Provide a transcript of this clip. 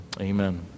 amen